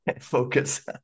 focus